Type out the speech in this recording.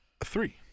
Three